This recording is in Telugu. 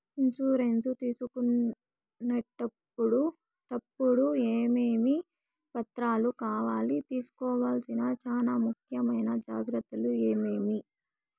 ఇన్సూరెన్సు తీసుకునేటప్పుడు టప్పుడు ఏమేమి పత్రాలు కావాలి? తీసుకోవాల్సిన చానా ముఖ్యమైన జాగ్రత్తలు ఏమేమి?